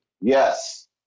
Yes